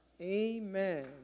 Amen